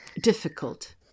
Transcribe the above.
difficult